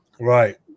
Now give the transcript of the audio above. Right